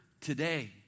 today